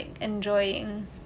enjoying